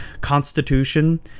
constitution